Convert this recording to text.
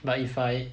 but if I